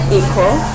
equal